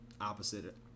opposite